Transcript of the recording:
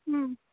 ம்